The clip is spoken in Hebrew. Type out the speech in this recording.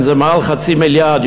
זה מעל חצי מיליארד,